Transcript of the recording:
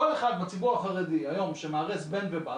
כל אחד בציבור החרדי היום שמארס בן ובת